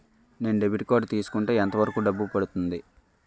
నేను debit card తీసుకుంటే ఎంత వరకు డబ్బు పడుతుంది?